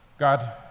God